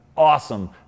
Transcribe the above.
awesome